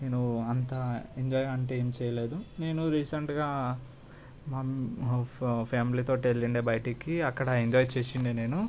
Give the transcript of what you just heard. నేను అంతా ఎంజాయ్ అంటే ఏం చేయలేదు నేను రీసెంట్గా ఫ్యా ఫ్యామిలీ తోటి ఎల్లుండి బయటికి అక్కడ ఎంజాయ్ చేసిండా నేను